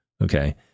okay